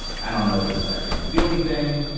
i don't know if this is actually gonna do anything,